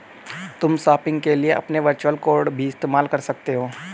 तुम शॉपिंग के लिए अपने वर्चुअल कॉर्ड भी इस्तेमाल कर सकते हो